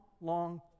long